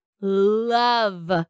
love